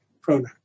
pronoun